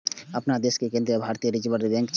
अपना देशक केंद्रीय बैंक भारतीय रिजर्व बैंक छियै